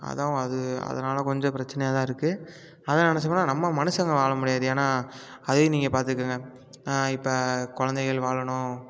அதுதான் அது அதனால் கொஞ்சம் பிரச்சனையாகதான் இருக்குது அதை நினைச்சோம்னா நம்ம மனுசங்க வாழ முடியாது ஏன்னா அதையும் நீங்கள் பார்த்துக்குங்க இப்போ குழந்தைகள் வாழணும்